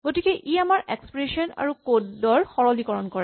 গতিকে ই আমাৰ এক্সপ্ৰেচন আৰু কড ৰ সৰলীকৰণ কৰে